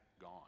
gone